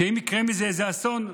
שאם יקרה מזה איזה אסון,